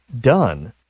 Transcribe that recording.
done